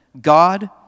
God